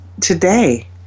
today